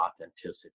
authenticity